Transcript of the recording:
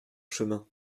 chemin